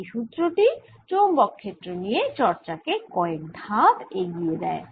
এই সুত্র টি চৌম্বক ক্ষেত্র নিয়ে চর্চা কে কয়েক ধাপ এগিয়ে দেয়